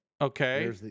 Okay